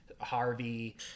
harvey